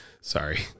Sorry